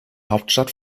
hauptstadt